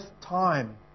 time